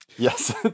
Yes